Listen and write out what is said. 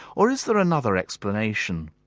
or is there another explanation,